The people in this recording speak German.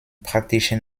praktischen